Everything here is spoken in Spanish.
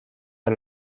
del